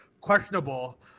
questionable